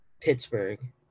Pittsburgh